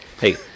Hey